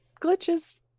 glitches